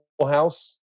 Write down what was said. House